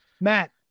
Matt